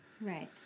Right